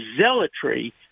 zealotry